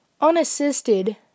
Unassisted